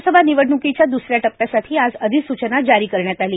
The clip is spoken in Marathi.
लोकसभा निवडण्कीच्या द् सऱ्या टप्प्यासाठी आज अधिसूचना जारी करण्यात आली आहे